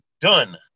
done